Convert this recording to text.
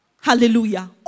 Hallelujah